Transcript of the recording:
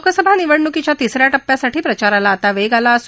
लोकसभा निवडणुकीच्या तिस या टप्प्यासाठी प्रचाराला आता वेग आला आहे